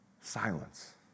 Silence